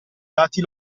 dati